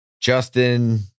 Justin